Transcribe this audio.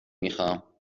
میخام